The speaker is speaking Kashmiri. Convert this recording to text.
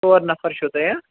ژور نَفَر چھِو تُہۍ ہہ